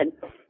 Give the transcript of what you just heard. good